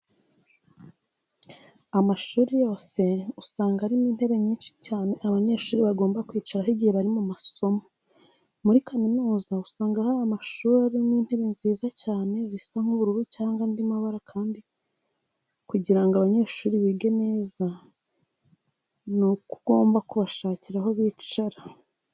Amashuri yose usanga arimo intebe nyinshi cyane abanyeshuri bagomba kwicaraho igihe bari mu masomo. Muri kaminuza usanga hari amashuri arimo intebe nziza cyane zisa nk'ubururu cyangwa andi mabara kandi kugira ngo abanyeshuri bige bameze neza ni uko ugomba no kubashakira aho bicara.